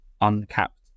uncapped